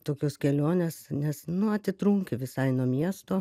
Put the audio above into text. tokios kelionės nes nu atitrunki visai nuo miesto